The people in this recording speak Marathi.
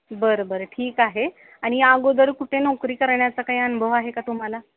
बरं बरं ठीक आहे आणि आगोदर कुठे नोकरी करण्याचा काही अनुभव आहे का तुम्हाला